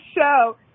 show